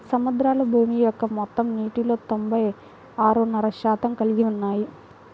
సముద్రాలు భూమి యొక్క మొత్తం నీటిలో తొంభై ఆరున్నర శాతం కలిగి ఉన్నాయి